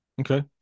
Okay